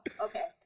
okay